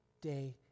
day